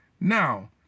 Now